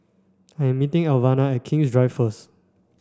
I am meeting Elvina at King's Drive first